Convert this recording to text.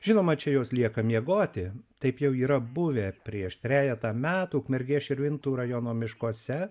žinoma čia jos lieka miegoti taip jau yra buvę prieš trejetą metų ukmergės širvintų rajono miškuose